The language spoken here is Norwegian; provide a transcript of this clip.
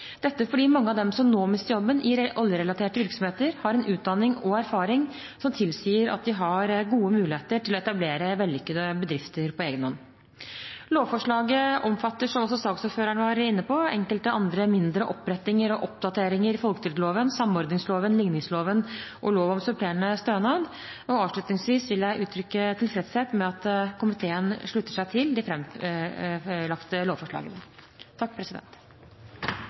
dette fordi mange av dem som nå mister jobben i oljerelaterte virksomheter, har en utdanning og en erfaring som tilsier at de har gode muligheter til å etablere vellykkede bedrifter på egen hånd. Lovforslaget omfatter – som også saksordføreren var inne på – enkelte andre mindre opprettinger og oppdateringer i folketrygdloven, samordningsloven, ligningsloven og lov om supplerende stønad. Avslutningsvis vil jeg uttrykke tilfredshet med at komiteen slutter seg til de framlagte lovforslagene.